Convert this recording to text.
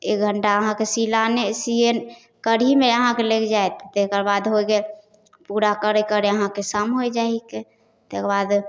एक घण्टा अहाँके सिलाने सिए करैएमे अहाँके लागि जाएत तकर बाद हो गेल पूरा करै करै अहाँके शाम हो जाइ हिकै तकर बाद